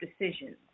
decisions